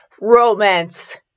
romance